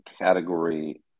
category